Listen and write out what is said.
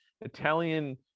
Italian